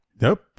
Nope